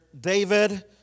David